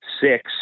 Six